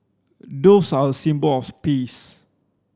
doves are a symbol of peace